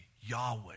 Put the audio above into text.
Yahweh